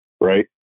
right